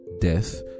death